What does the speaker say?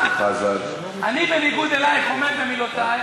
בניגוד אלייך, עומד במילותי.